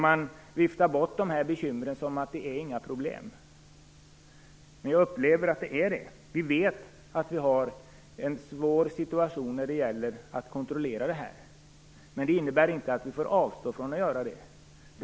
Man viftar bort de här bekymren som om det inte vore några problem. Men jag upplever att det är det. Vi vet att vi har en svår situation när det gäller att kontrollera det här. Men det innebär inte att vi får avstå från att göra det.